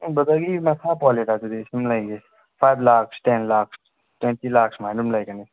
ꯕ꯭ꯔꯗꯔꯒꯤ ꯃꯈꯥ ꯄꯣꯜꯂꯦꯗ ꯑꯗꯨꯗꯤ ꯁꯨꯝ ꯂꯩꯌꯦ five lakhs ten lakhs twenty lakhs ꯁꯨꯃꯥꯏꯅ ꯑꯗꯨꯝ ꯂꯩꯒꯅꯤ